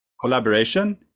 collaboration